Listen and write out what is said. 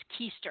keister